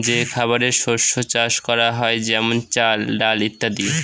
যে খাবারের শস্য চাষ করা হয় যেমন চাল, ডাল ইত্যাদি